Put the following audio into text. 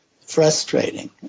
frustrating